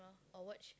or watch